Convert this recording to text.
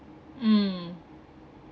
mm